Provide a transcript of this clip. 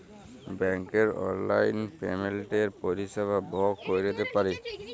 ব্যাংকের অললাইল পেমেল্টের পরিষেবা ভগ ক্যইরতে পারি